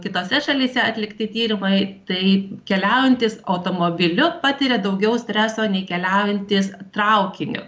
kitose šalyse atlikti tyrimai tai keliaujantys automobiliu patiria daugiau streso nei keliaujantys traukiniu